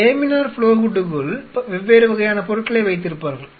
laminar flow ஹூட்டுக்குள் வெவ்வேறு வகையான பொருட்களை வைத்திருப்பார்கள்